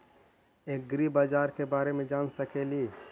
ऐग्रिबाजार के बारे मे जान सकेली?